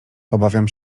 obawiam